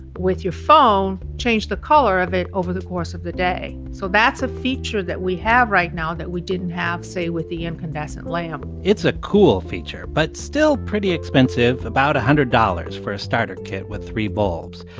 with your phone, change the color of it over the course of the day. so that's a feature that we have right now that we didn't have, say, with the incandescent lamp it's a cool feature but still pretty expensive about one hundred dollars for a starter kit with three bulbs.